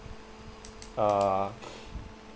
err